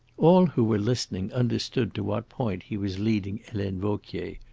all who were listening understood to what point he was leading helene vauquier.